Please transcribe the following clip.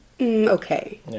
okay